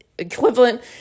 equivalent